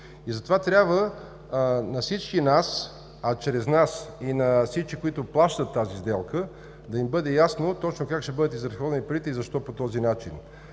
И затова трябва на всички нас, а чрез нас и на всички, които плащат тази сделка, да им бъде ясно точно как ще бъдат изразходени парите и защо по този начин.